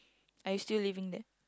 are you still living there